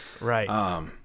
Right